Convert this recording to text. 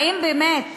האם באמת